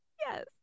Yes